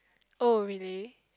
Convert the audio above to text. oh really